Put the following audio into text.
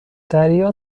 دریا